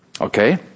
okay